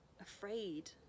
afraid